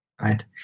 Right